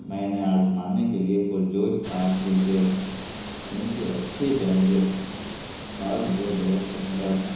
میں انہیں آزمانے کے لیے پرجوش تھا کیونکہ ان کے اچھے جائزے تھے اور میرے بجٹ کے اندر تھا